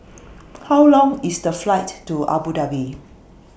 How Long IS The Flight to Abu Dhabi